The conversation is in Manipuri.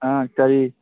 ꯑꯥ ꯀꯔꯤ